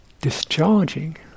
discharging